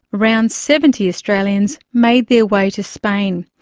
around seventy australians made their way to spain,